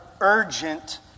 urgent